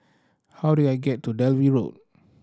how do I get to Dalvey Road